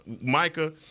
Micah